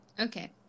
Okay